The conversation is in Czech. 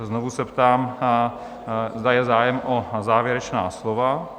Znovu se ptám, zda je zájem o závěrečná slova?